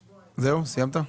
זהו, סיימת?